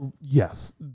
Yes